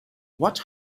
what